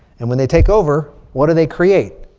and when they take over, what do they create?